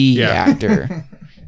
actor